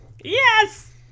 Yes